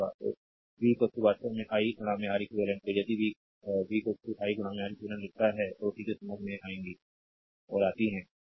तो v वास्तव में आई R eq तो यदि v v i R eq लिखता है तो चीजें समझ में आती हैं तो बस पकड़ो